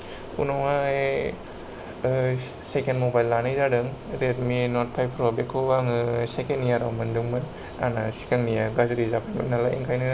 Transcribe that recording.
उनावहाय second mobile लानाय जादों रेडमि नट फाइभ प्र बेखौ आङो सेकेन्ड इयाराव मोनदोंमोन आंना सेकेन्डयार गाज्रि जादोंमोन नालाय ओंखायनो